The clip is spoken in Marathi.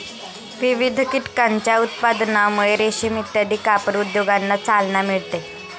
विविध कीटकांच्या उत्पादनामुळे रेशीम इत्यादी कापड उद्योगांना चालना मिळते